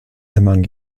among